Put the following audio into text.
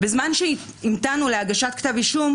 בזמן שהמתנו להגשת כתב אישום,